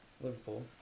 Liverpool